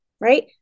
right